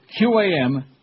QAM